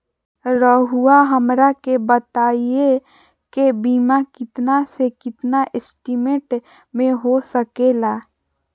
रहुआ हमरा के बताइए के बीमा कितना से कितना एस्टीमेट में हो सके ला?